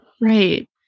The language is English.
Right